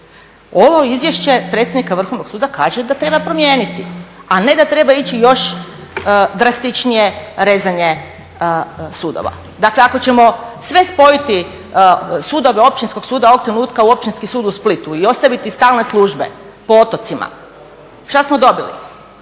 Ovo izvješće predsjednika Vrhovnog suda kaže da treba promijeniti, a ne da treba ići još drastičnije rezanje sudova. Dakle ako ćemo sve spojiti sudove općinskog suda ovog trenutka Općinski sud u Splitu i ostaviti stalne službe po otocima, šta smo dobili?